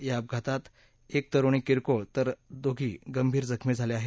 या अपघातात एक तरूणी किरकोळ तर दोघी गंभीर जखमी झाल्या आहेत